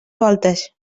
voltes